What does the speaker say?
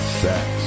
sex